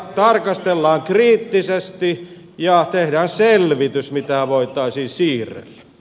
tarkastellaan kriittisesti ja tehdään selvitys mitä voitaisiin siirrellä